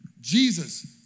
Jesus